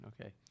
okay